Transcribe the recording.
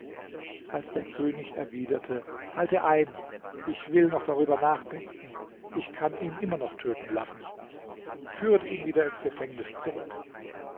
als der könig erwiderte halte ein ich will noch darüber nachdenken ich kann ihn immer noch töten lassen führet ihn wieder ins gefängnis zurück